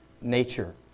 nature